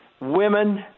women